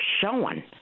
showing